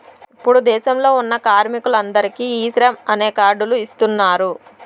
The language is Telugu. ఇప్పుడు దేశంలో ఉన్న కార్మికులందరికీ ఈ శ్రమ్ అనే కార్డ్ లు ఇస్తున్నారు